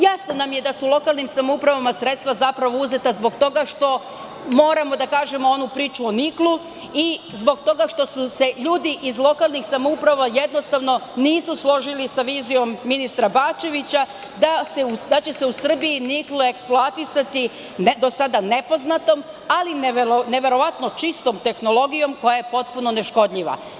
Jasno nam je da su lokalnim samoupravama sredstva zapravo uzeta zbog toga što moramo da kažemo onu priču o niklu i zbog toga što se ljudi iz lokalnih samouprava jednostavno nisu složili sa vizijom ministra Bačevića, da će se u Srbiji nikl eksploatisati, do sada nepoznatom, ali neverovatno čistom tehnologijom koja je potpuno neškodljiva.